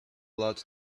lot